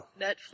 netflix